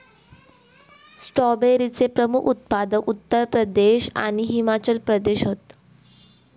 स्ट्रॉबेरीचे प्रमुख उत्पादक उत्तर प्रदेश आणि हिमाचल प्रदेश हत